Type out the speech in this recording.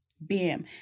bam